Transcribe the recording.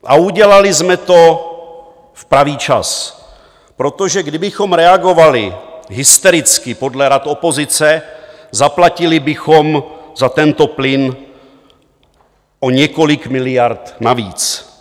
A udělali jsme to v pravý čas, protože kdybychom reagovali hystericky podle rad opozice, zaplatili bychom za tento plyn o několik miliard navíc.